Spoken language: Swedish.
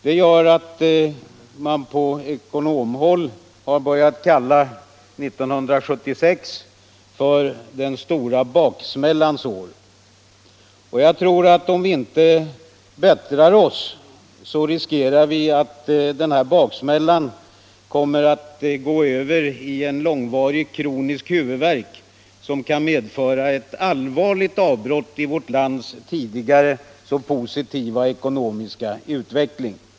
Det gör att man på ekonomhåll har börjat kalla 1976 för den stora baksmällans år. Jag tror att vi, om vi inte bättrar oss, också riskerar att denna baksmälla kommer att gå över i en långvarig kronisk huvudvärk, som kan medföra ett allvarligt avbrott i vårt lands tidigare så positiva ekonomiska utveckling.